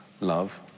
love